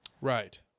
Right